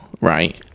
right